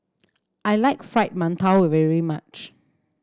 I like Fried Mantou very much